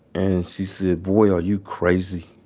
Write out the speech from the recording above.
and she said, boy, are you crazy?